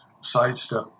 sidestep